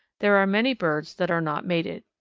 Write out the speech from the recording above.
there are many birds that are not mated.